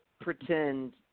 pretend